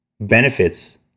benefits